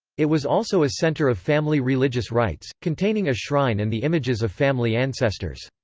it was also a centre of family religious rites, containing a shrine and the images of family ancestors.